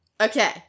Okay